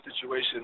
situation